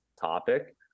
topic